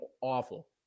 awful